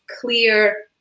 clear